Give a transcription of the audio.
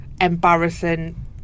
embarrassing